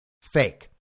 fake